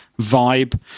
vibe